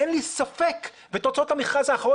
אין לי ספק - ותוצאות המכרז האחרון